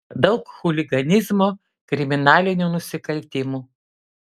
daug chuliganizmo kriminalinių nusikaltimų